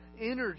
energy